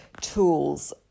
tools